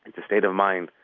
it's a state of mind.